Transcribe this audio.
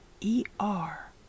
E-R